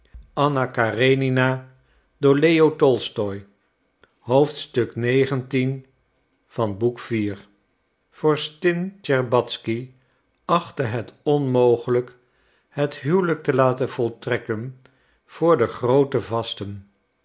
vorstin tscherbatzky achtte het onmogelijk het huwelijk te laten voltrekken voor de groote vasten